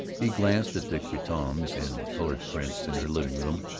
he glanced at the cretonnes and colored prints in her living-room,